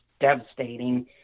devastating